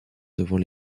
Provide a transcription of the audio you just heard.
devant